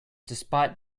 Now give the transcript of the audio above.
despite